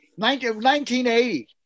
1980